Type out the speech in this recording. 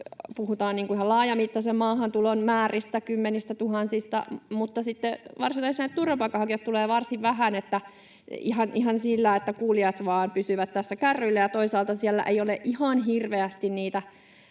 puhutaan siis laajamittaisen maahantulon määristä, kymmenistätuhansista, mutta sitten varsinaisia turvapaikanhakijoita tulee varsin vähän — ihan sillä, että kuulijat pysyvät tässä kärryillä. Ja toisaalta siellä ei ole ihan hirveästi niitä